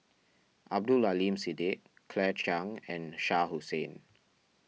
Abdul Aleem Siddique Claire Chiang and Shah Hussain